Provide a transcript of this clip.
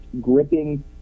gripping